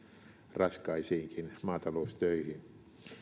raskaisiinkin maataloustöihin